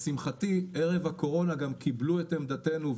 לשמחתי, ערב הקורונה גם קיבלו את עמדתנו.